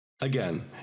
Again